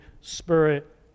Spirit